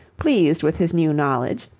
pleased with his new knowledge,